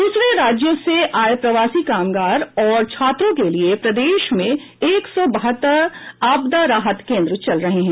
द्रसरे राज्यों से आये प्रवासी कामगार और छात्रों के लिए प्रदेश में एक सौ बहत्तर आपदा राहत केंद्र चल रहे हैं